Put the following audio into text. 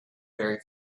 very